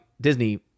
Disney